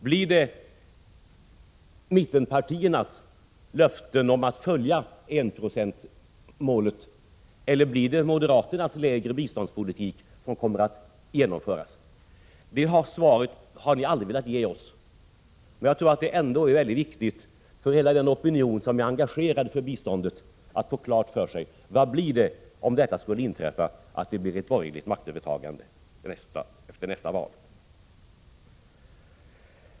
Blir det mittenpartiernas löften om att följa en-procentsmålet eller moderaternas lägre ambitioner när det gäller biståndspolitiken som kommer att genomföras? Det svaret har ni aldrig velat ge oss. Jag tror ändå det är väldigt viktigt för hela den opinion som är engagerad för biståndet att få klart för sig vilket som kommer att gälla om det blir ett borgerligt maktövertagande efter nästa val.